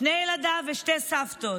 שני ילדיו ושתי סבתות.